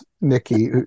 Nikki